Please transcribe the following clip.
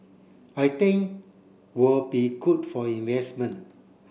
I think will be good for investment